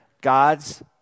God's